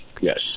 yes